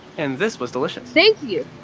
and, this was delicious. thank you.